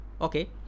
Okay